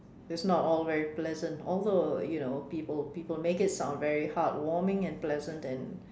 it's not all very pleasant although you know people people make it very heartwarming and pleasant and